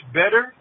better